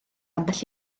ambell